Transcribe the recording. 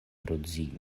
rudzinska